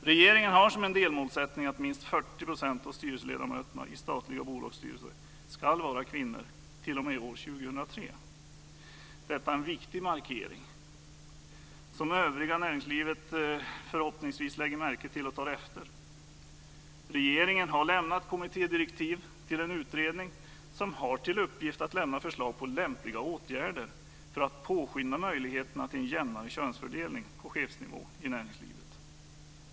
Regeringen har som en delmålsättning att minst 40 % av styrelseledamöterna i statliga bolagsstyrelser ska vara kvinnor år 2003. Detta är en viktig markering som övriga näringslivet förhoppningsvis lägger märke till och tar efter. Regeringen har lämnat kommittédirektiv till en utredning som har till uppgift att lämna förslag på lämpliga åtgärder för att påskynda möjligheterna till en jämnare könsfördelning på chefsnivå i näringslivet.